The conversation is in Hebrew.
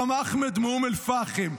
גם אחמד מאום אל-פחם,